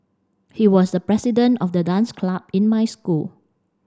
he was the president of the dance club in my school